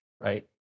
right